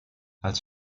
als